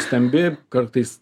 skambi kartais